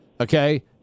okay